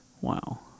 Wow